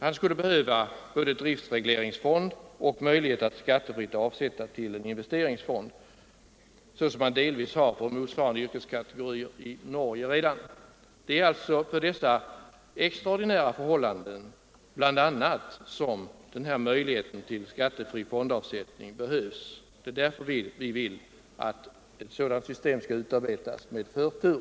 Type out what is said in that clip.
Han skulle behöva både driftsregleringsfond och möjlighet att skattefritt avsätta till en investeringsfond, en möjlighet som redan står till buds för motsvarande yrkeskategorier i Norge. Det är alltså bl.a. under sådana extraordinära förhållanden som möjligheten till skattefria fondavsättningar behövs. Det är därför som vi inom folkpartiet vill att ett system för skattefria fondavsättningar skall utarbetas med förtur.